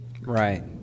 Right